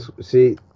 see